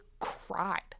cried